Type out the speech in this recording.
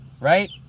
Right